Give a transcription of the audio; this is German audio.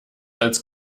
als